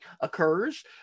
occurs